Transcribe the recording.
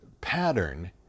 pattern